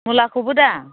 मुलाखौबो दा